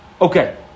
okay